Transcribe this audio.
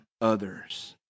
others